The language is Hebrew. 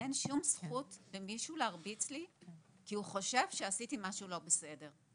אין שום זכות למישהו להרביץ לי כי הוא חושב שעשיתי משהו לא בסדר.